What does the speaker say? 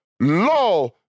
law